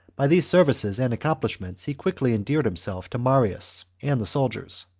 by these services and accomplishments he quickly endeared himself to marius and the soldiers.